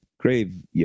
Grave